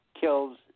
kills